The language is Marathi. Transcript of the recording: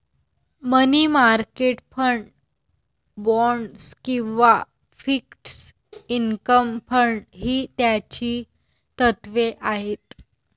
मनी मार्केट फंड, बाँड्स किंवा फिक्स्ड इन्कम फंड ही त्याची तत्त्वे आहेत